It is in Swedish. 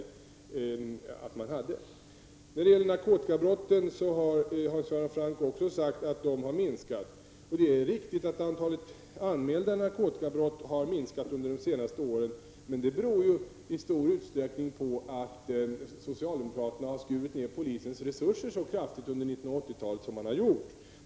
Hans Göran Franck har sagt att också narkotikabrotten har minskat i antal. Det är riktigt att antalet anmälda narkotikabrott har minskat under de senaste åren, men detta beror i stor utsträckning på att socialdemokraterna under 1980-talet har skurit ned polisens resurser så kraftigt.